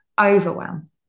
overwhelm